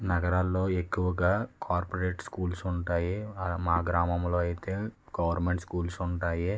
నగరాల్లో ఎక్కువగా corporate schools ఉంటాయి మా గ్రామంలో అయితే గవర్నమెంట్ స్కూల్స్ ఉంటాయి